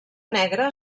negra